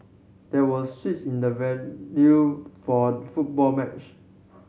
there was switch in the venue for football match